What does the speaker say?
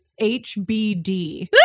HBD